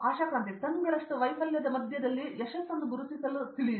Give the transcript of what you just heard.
ಆಶಾ ಕ್ರಂತಿ ಟನ್ಗಳಷ್ಟು ವೈಫಲ್ಯದ ಮಧ್ಯದಲ್ಲಿ ಯಶಸ್ಸನ್ನು ಗುರುತಿಸಲು ತಿಳಿಯಿರಿ